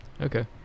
okay